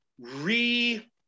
re